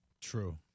true